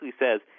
says